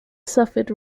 suffered